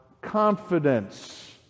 confidence